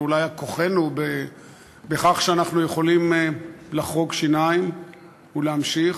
ואולי כוחנו בכך שאנחנו יכולים לחרוק שיניים ולהמשיך,